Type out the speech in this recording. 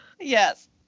Yes